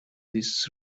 this